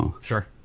Sure